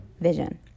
vision